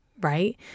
right